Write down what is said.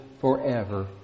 forever